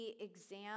exam